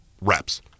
reps